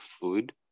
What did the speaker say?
food